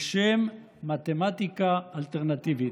בשם "מתמטיקה אלטרנטיבית".